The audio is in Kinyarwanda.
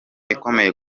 ikomeye